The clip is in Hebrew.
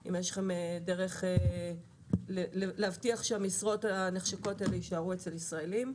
והאם יש לכם דרך להבטיח שהמשרות הנחשקות האלה יישארו אצל ישראלים?